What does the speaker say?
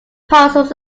parcels